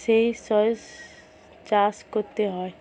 সেই শস্য চাষ করতে হয়